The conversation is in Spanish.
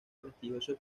prestigioso